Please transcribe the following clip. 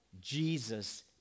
Jesus